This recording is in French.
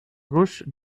gauche